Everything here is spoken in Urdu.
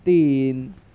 تین